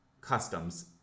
customs